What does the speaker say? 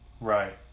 Right